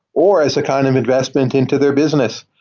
or as a kind of investment into their business.